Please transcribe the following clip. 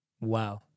Wow